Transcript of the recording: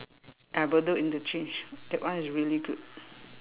ah Bedok interchange that one is really good